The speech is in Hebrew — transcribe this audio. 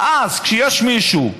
אז כשיש מישהו,